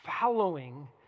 following